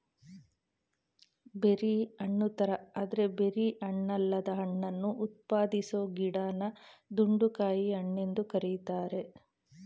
berry ಹಣ್ಣುತರ ಆದ್ರೆ berry ಹಣ್ಣಲ್ಲದ ಹಣ್ಣನ್ನು ಉತ್ಪಾದಿಸೊ ಗಿಡನ ದುಂಡುಗಾಯಿ ಹಣ್ಣೆಂದು ಕರೀತಾರೆ